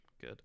good